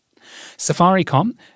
Safaricom